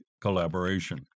collaboration